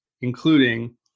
including